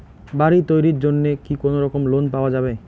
বাড়ি তৈরির জন্যে কি কোনোরকম লোন পাওয়া যাবে?